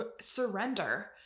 surrender